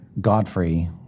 Godfrey